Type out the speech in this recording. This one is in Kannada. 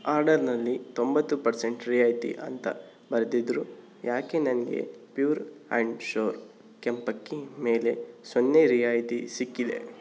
ಆರ್ಡರ್ನಲ್ಲಿ ತೊಂಬತ್ತು ಪರ್ಸೆಂಟ್ ರಿಯಾಯಿತಿ ಅಂತ ಬರೆದಿದ್ರೂ ಯಾಕೆ ನನಗೆ ಪ್ಯೂರ್ ಆ್ಯಂಡ್ ಶ್ಯೂರ್ ಕೆಂಪಕ್ಕಿ ಮೇಲೆ ಸೊನ್ನೆ ರಿಯಾಯಿತಿ ಸಿಕ್ಕಿದೆ